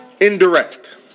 Indirect